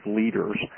leaders